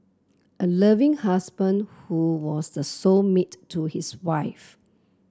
a loving husband who was the soul mate to his wife